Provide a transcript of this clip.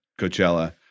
Coachella